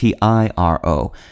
tiro